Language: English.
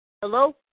Hello